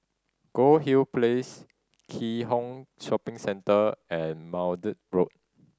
Goldhill Place Keat Hong Shopping Centre and Maude Road